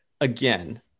again